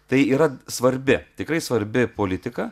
tai yra svarbi tikrai svarbi politika